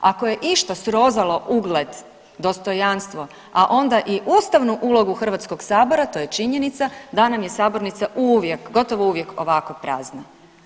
Ako je išta srozalo ugled, dostojanstvo, a onda i ustavnu ulogu Hrvatskog sabora to je činjenica da nam je sabornica uvijek, gotovo uvijek ovako prazna.